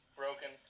broken